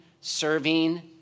serving